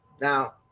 Now